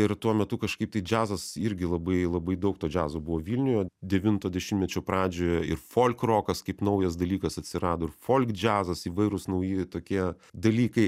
ir tuo metu kažkaip tai džiazas irgi labai labai daug to džiazo buvo vilniuje devinto dešimtmečio pradžioje ir folkrokas kaip naujas dalykas atsirado ir folkdžiazas įvairūs nauji tokie dalykai